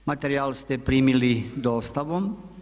Materijal ste primili dostavom.